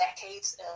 decades